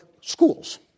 schools